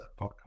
podcast